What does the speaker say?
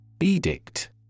Edict